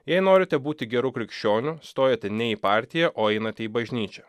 jei norite būti geru krikščioniu stojate ne į partiją o einate į bažnyčią